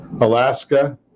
Alaska